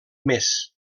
més